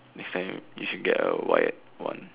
next time you should get a wired one